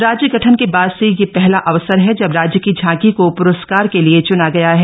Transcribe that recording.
राज्य गठन के बाद से यह पहला अवसर है जब राज्य की झांकी को प्रस्कार के लिए चुना गया है